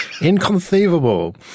inconceivable